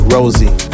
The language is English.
Rosie